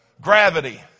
Gravity